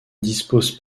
dispose